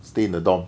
stay in the dorm